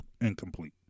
incomplete